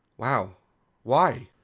wow why?